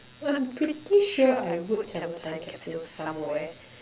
so I'm pretty sure I would have a time capsule somewhere